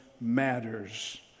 matters